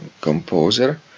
composer